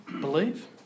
Believe